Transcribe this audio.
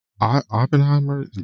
Oppenheimer